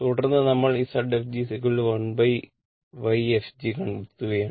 തുടർന്ന് നമ്മൾ Zfg 1Yfg കണ്ടെത്തുകയാണ്